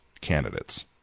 candidates